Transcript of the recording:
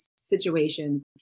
situations